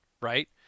right